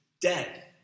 dead